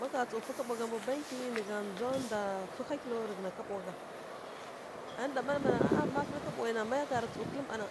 Má gha tsǝw fǝ kaɓo gha mbǝ bankyi nǝ gha ndza ndwa hǝhakǝlaw rǝghǝn kaɓo gha, anǝ ɗa mana a a má fai kaɓo naya na, ma gha tsǝw kǝlǝ mma na,